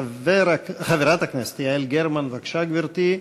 חברת הכנסת יעל גרמן, בבקשה, גברתי.